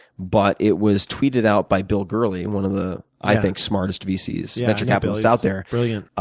but it was tweeted out by bill gurley, and one of the i think smartest vcs, venture capitalists, out there. brilliant.